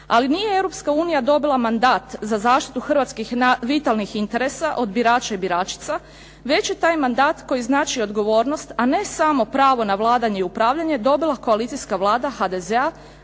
unije dobila mandat za zaštitu hrvatskih vitalnih interesa od birača i biračica, već je taj mandat koji znači odgovornost, a ne samo pravo na vladanje i upravljanje, dobila koalicijska Vlada HDZ-a,